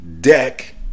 deck